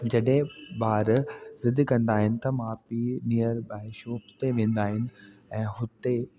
जॾहें ॿार ज़िद कंदा आहिनि त माउ पीउ नीअर बाए शॉप ते वेंदा आहिनि ऐं हुते